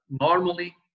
normally